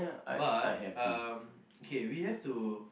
but um okay we have to